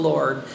Lord